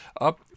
up